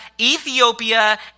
Ethiopia